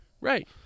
Right